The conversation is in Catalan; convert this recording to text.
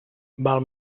val